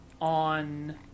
on